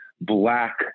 black